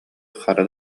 хара